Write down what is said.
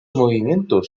movimientos